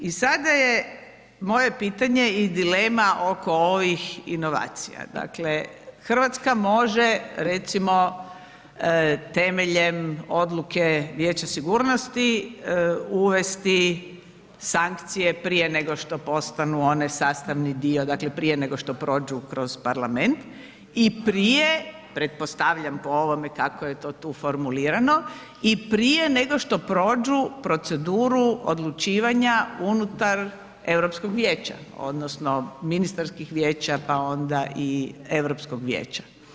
I sada je moje pitanje i dilema oko ovih inovacija, dakle, RH može recimo temeljem odluke Vijeća sigurnosti uvesti sankcije prije nego što postanu one sastavni dio, dakle, prije nego što prođu kroz parlament i prije, pretpostavljam po ovome kako je to tu formulirano, i prije nego što prođu proceduru odlučivanja unutar Europskog vijeća odnosno ministarskih vijeća, pa onda i Europskog vijeća.